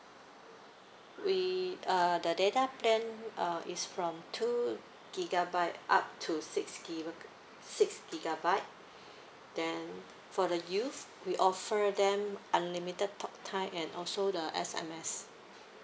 we uh the data plan uh is from two gigabyte up to six gig~ six gigabyte then for the youth we offer them unlimited talk time and also the S_M_S